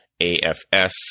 AFS